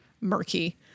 murky